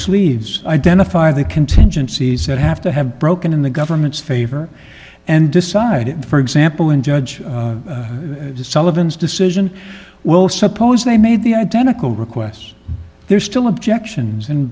sleeves identify the contingencies that have to have broken in the government's favor and decide for example in judge some of ins decision well suppose they made the identical requests they're still objections and